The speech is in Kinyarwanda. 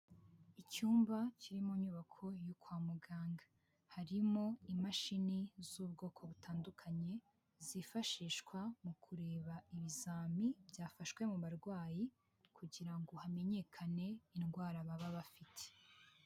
Icyumba kiri mu nyubako yo kwa muganga, harimo imashini z'ubwoko butandukanye, zifashishwa mu kureba ibizami byafashwe mu barwayi kugira ngo hamenyekane indwara baba bafite.